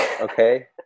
okay